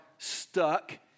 Stuck